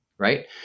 Right